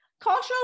Cultural